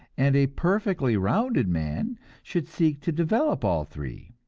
and a perfectly rounded man should seek to develop all three.